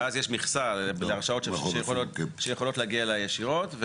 יש מכסה להרשאות שיכולות להגיע אליה ישירות,